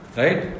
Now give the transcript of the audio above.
right